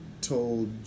told